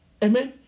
Amen